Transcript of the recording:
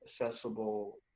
accessible